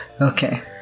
Okay